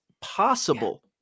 possible